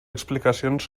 explicacions